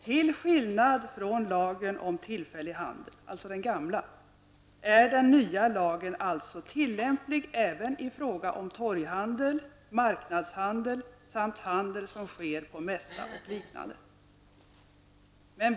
Till skillnad från lagen om tillfällig handel'' -- alltså den gamla -- ''är den nya lagen alltså tillämplig även i fråga om torghandel, marknadshandel samt handel som sker på mässa och liknande.''